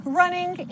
running